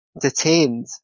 detained